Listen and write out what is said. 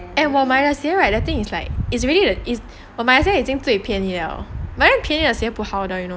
and 我买的鞋 right the thing is like 我买的鞋已经是最便宜的 but then 便宜的鞋不好的 you know